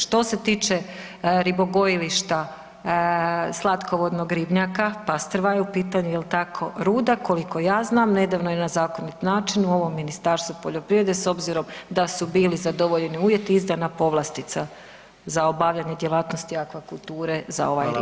Što se tiče ribogojilišta, slatkovodnog ribnjaka pastrva je u pitanju jel tako, Ruda, koliko ja znam nedavno je na zakonit način u ovom Ministarstvu poljoprivrede s obzirom da su bili zadovoljeni uvjeti izdana povlastica za obavljanje djelatnosti akvakulture za ovaj ribnjak.